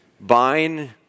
Buying